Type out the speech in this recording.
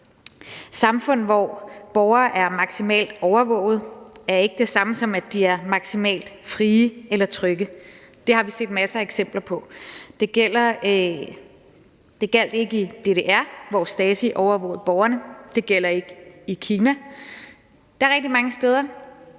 Samfund, hvor borgere er maksimalt overvågede, er ikke det samme, som at de er maksimalt frie eller trygge. Det har vi set masser af eksempler på. Det gjaldt ikke i DDR, hvor Stasi overvågede borgerne; det gælder ikke i Kina. Der er rigtig mange steder,